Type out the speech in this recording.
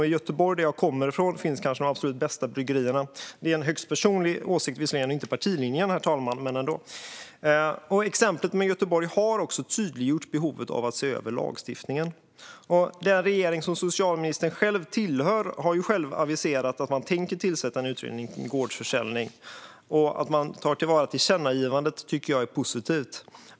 I Göteborg, som jag kommer ifrån, finns kanske de absolut bästa bryggerierna. Det är visserligen en högst personlig åsikt och inte partilinjen, herr talman. Exemplet med Göteborg har också tydliggjort behovet av att se över lagstiftningen. Den regering som socialministern själv tillhör har aviserat att man tänker tillsätta en utredning om gårdsförsäljning. Att man tar till vara tillkännagivandet är positivt.